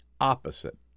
opposite